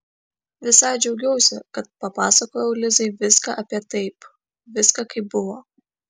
visai džiaugiausi kad papasakojau lizai viską apie taip viską kaip buvo